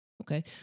Okay